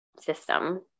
system